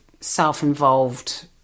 self-involved